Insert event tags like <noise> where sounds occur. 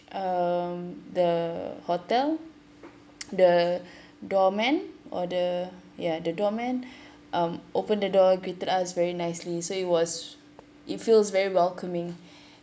um the hotel the <breath> doorman or the ya the doorman <breath> um open the door greeted us very nicely so was it feels very welcoming <breath>